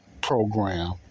program